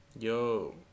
Yo